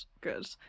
good